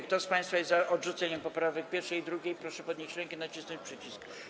Kto z państwa jest za odrzuceniem poprawek 1. i 2., proszę podnieść rękę i nacisnąć przycisk.